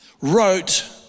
wrote